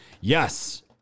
Yes